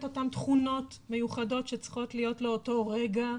אותם תכונות מיוחדות שצריכות להיות לאותו רגע.